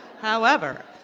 however,